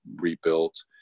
rebuilt